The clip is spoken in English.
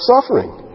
suffering